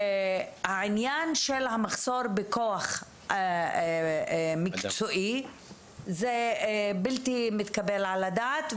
העניין של המחסור בכוח אדם מקצועי הוא בלתי מתקבל על הדעת,